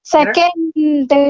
Second